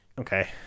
okay